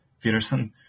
Peterson